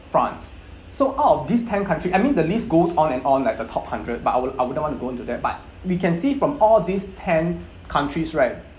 france so out of these ten countries I mean the list goes on and on like a top hundred but I would I wouldn't want to go into that but we can see from all these ten countries right